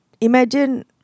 imagine